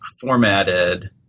formatted